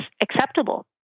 acceptable